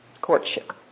courtship